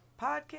podcast